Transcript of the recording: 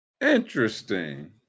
Interesting